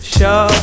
Show